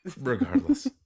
regardless